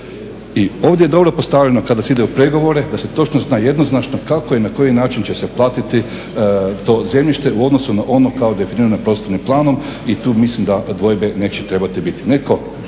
I ovdje je dobro postavljeno kada se ide u pregovore da se točno zna jednoznačno kako i na koji način će se platiti to zemljište u odnosu na ono kao definirano prostornim planom i tu mislim da dvojbe neće trebati biti.